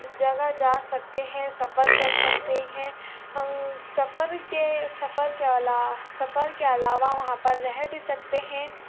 جگہ جا سکتے ہیں سفر کر سکتے ہیں سفر کے سفر کے علا سفر کے علاوہ وہاں پر رہ بھی سکتے ہیں